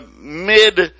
mid